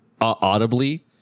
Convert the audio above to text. audibly